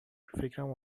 فکرم